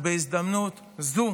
ובהזדמנות זו